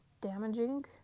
damaging